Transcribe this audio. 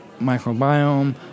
microbiome